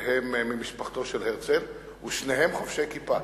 שהם ממשפחתו של הרצל, ושניהם חובשי כיפה: